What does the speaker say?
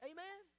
Amen